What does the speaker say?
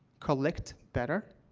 collect better,